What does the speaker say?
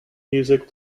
music